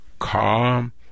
calm